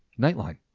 Nightline